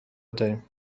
داریم